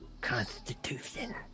Constitution